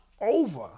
over